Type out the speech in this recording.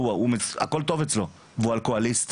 הכול טוב אצלו והוא אלכוהוליסט